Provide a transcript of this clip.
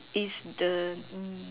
is the